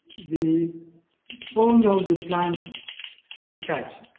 the owner of the plant will charge.